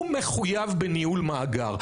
הוא מחויב בניהול מאגר.